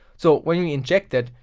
so when we inject that,